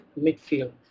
midfield